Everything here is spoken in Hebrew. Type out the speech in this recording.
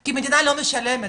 כי המדינה לא משלמת.